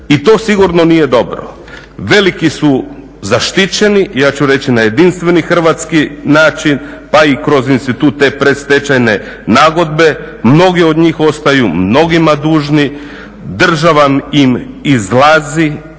I to sigurno nije dobro. Veliki su zaštićeni ja ću reći na jedinstveni hrvatski način, pa i kroz institute predstečajne nagodbe. Mnogi od njih ostaju mnogima dužni. Država im izlazi